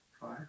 Five